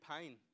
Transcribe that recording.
pain